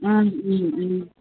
आम्